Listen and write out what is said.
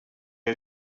are